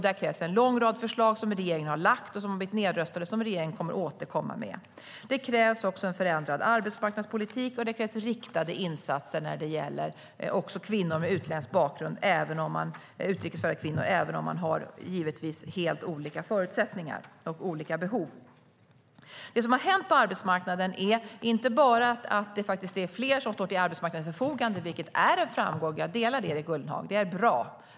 Där krävs en lång rad förslag, som regeringen har lagt fram och som har blivit nedröstade men som regeringen kommer att återkomma med. Det krävs också en förändrad arbetsmarknadspolitik, och det krävs riktade insatser när det gäller utrikes födda kvinnor - även om man givetvis har helt olika förutsättningar och olika behov. Det som har hänt på arbetsmarknaden är inte bara att det faktiskt är fler som står till arbetsmarknadens förfogande. Det är dock en framgång; jag delar Erik Ullenhags uppfattning att det är bra.